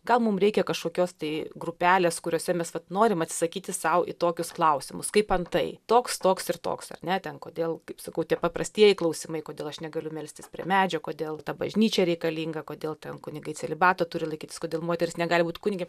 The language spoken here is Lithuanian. gal mum reikia kažkokios tai grupelės kuriose mes norim atsisakyti sau į tokius klausimus kaip antai toks toks ir toks ar ne ten kodėl kaip sakau tie paprastieji klausimai kodėl aš negaliu melstis prie medžio kodėl ta bažnyčia reikalinga kodėl ten kunigai celibato turi laikytis kodėl moteris negali būt kunigė